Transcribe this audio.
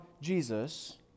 Jesus